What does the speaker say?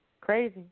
Crazy